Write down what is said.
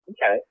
Okay